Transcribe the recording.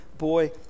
boy